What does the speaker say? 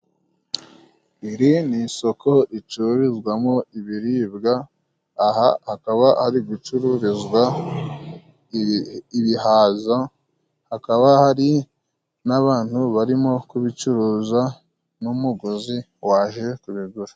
Iri ni isoko ricururizwamo ibiribwa, aha akaba hari gucururizwa ibihaza akaba hari n'abantu barimo kubicuruza, n'umuguzi waje kubigura.